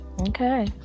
Okay